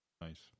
Nice